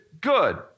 good